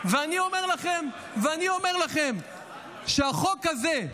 ואני אומר לכם שהחוק הזה,